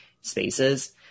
spaces